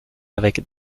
avec